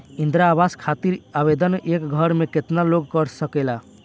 इंद्रा आवास खातिर आवेदन एक घर से केतना लोग कर सकेला?